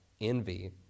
envy